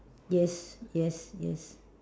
yes yes yes